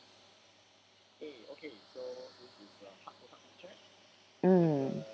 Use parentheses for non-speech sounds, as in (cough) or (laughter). (noise) mm